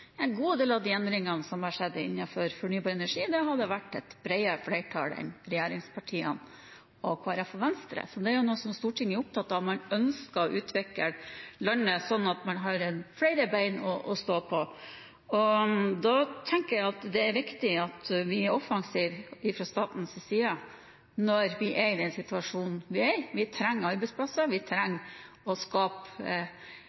en god del av de endringene som er skjedd innenfor fornybar energi, har det vært et bredere flertall for enn bare regjeringspartiene og Kristelig Folkeparti og Venstre, så det er noe som Stortinget er opptatt av. Man ønsker å utvikle landet sånn at man har flere bein å stå på. Da tenker jeg at det er viktig at vi er offensive fra statens side når vi er i den situasjonen vi er i. Vi trenger arbeidsplasser, vi